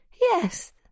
Yes